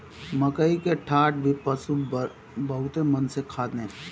मकई के डाठ भी पशु बहुते मन से खाने